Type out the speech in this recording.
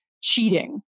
cheating